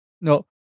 No